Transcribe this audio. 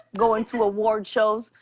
going to award shows,